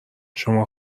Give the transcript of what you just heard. شما